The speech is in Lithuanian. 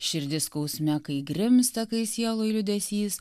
širdis skausme kai grimzta kai sieloj liūdesys